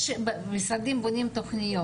משרדים בונים תכניות,